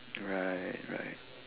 right right